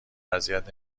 اذیت